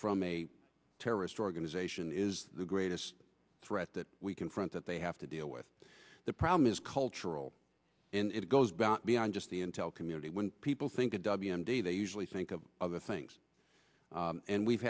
from a terrorist organization is the greatest threat that we confront that they have to deal with the problem is cultural and it goes back beyond just the intel community when people think of w m d they usually think of other things and we've